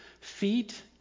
Feet